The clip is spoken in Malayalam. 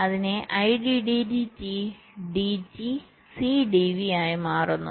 അതിനാൽ IDD dt C dV ആയി മാറുന്നു